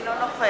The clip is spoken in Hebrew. אינו נוכח